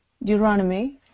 Deuteronomy